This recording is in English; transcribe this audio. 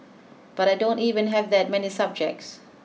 but I don't even have that many subjects